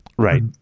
Right